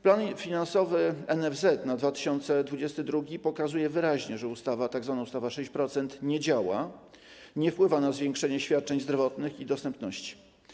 Plan finansowy NFZ na 2022 r. pokazuje wyraźnie, że tzw. ustawa 6% nie działa, nie wpływa na zwiększenie świadczeń zdrowotnych i dostępności.